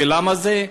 ולמה זה?